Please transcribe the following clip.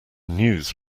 news